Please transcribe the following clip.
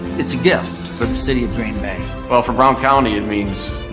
it's a gift for the city of green bay. well, for brown county it means,